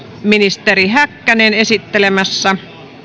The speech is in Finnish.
ministeri häkkänen on esittelemässä